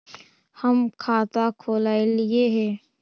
हम खाता खोलैलिये हे?